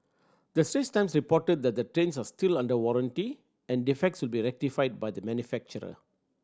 the Straits Times reported that the trains are still under warranty and defects would be rectified by the manufacturer